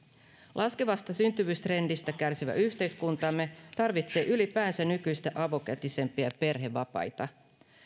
laskevasta syntyvyystrendistä kärsivä yhteiskuntamme tarvitsee ylipäänsä nykyistä avokätisempiä perhevapaita